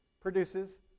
produces